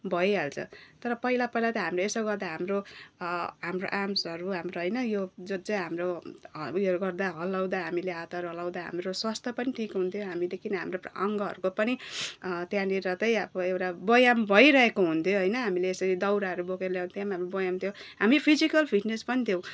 भइहाल्छ तर पहिला पहिला त हामीले यसो गर्दा हाम्रो हाम्रो आम्सहरू होइन यो जो चाहिँ हाम्रो उयोहरू गर्दा हल्लाउँदा हामीले हातहरू हल्लाउँदा हाम्रो स्वास्थ्य पनि ठिक हुन्थ्यो हामीले किन हामीले अङ्गहरूको पनि त्यहाँ पनि त अब एउटा व्यायाम भइरहेको हुन्थ्यो होइन हामीले यसरी दौराहरू बोकेर ल्याउँथ्यौँ हाम्रो व्यायाम हुन्थ्यो हामी फिजिकल फिटनेस पनि थियौँ